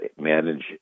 manage